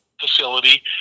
facility